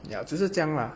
yeah 就是这样啦